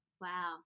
Wow